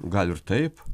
gal ir taip